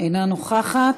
אינה נוכחת,